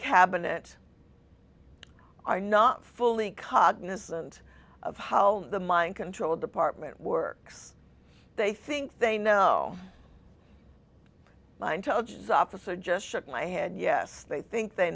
cabinet are not fully cognizant of how the mind control department works they think they know my intelligence officer just shook my head yes they think they